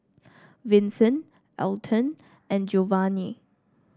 Vinson Alton and Geovanni